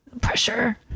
pressure